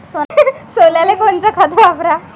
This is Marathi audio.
सोल्याले कोनचं खत वापराव?